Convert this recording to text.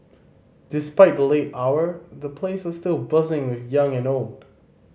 despite the late hour the place was still buzzing with young and old